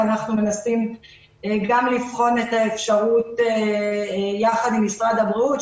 ואנחנו מנסים גם לבחון את האפשרות יחד עם משרד הבריאות,